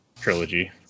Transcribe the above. trilogy